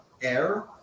air